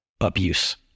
abuse